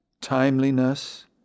Timeliness